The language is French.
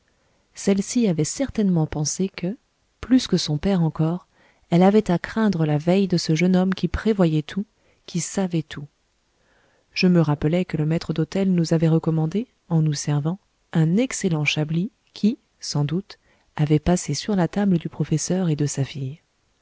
celle-ci avait certainement pensé que plus que son père encore elle avait à craindre la veille de ce jeune homme qui prévoyait tout qui savait tout je me rappelai que le maître d'hôtel nous avait recommandé en nous servant un excellent chablis qui sans doute avait passé sur la table du professeur et de sa fille